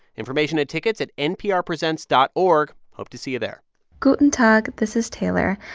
information and tickets at nprpresents dot org. hope to see you there guten tag. this is taylor.